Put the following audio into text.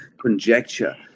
conjecture